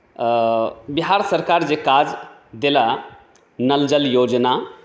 बिहार सरकार जे काज देलाह नल जल योजना